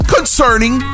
Concerning